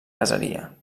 caseria